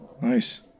Nice